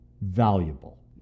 valuable